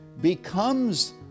becomes